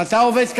אם אתה עובד קבוע,